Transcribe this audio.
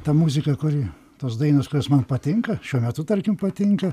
ta muzika kuri tos dainos kurios man patinka šiuo metu tarkim patinka